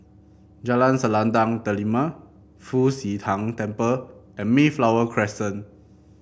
Jalan Selendang Delima Fu Xi Tang Temple and Mayflower Crescent